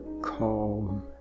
calm